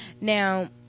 Now